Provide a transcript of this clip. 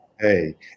Hey